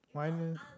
why leh